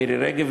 מירי רגב,